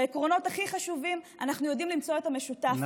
בעקרונות הכי חשובים אנחנו יודעים למצוא את המשותף.